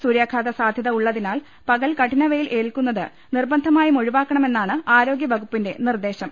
സൂര്യാഘാത സാധ്യത ഉള്ളതിനാൽ പകൽ കഠിന വെയിൽ ഏൽക്കുന്നത് നിർബന്ധമായും ഒഴിവാക്കണമെന്നാണ് ആരോഗ്യവകുപ്പിന്റെ നിർദ്ദേശം